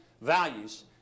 values